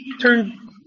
turn